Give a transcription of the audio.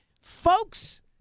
folks